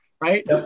right